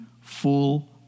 full